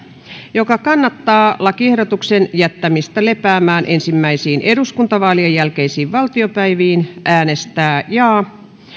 joka kannattaa lakiehdotuksen jättämistä lepäämään ensimmäisiin eduskuntavaalien jälkeisiin valtiopäiviin äänestää jaa